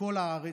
בכל הארץ.